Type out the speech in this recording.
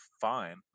fine